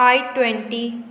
I twenty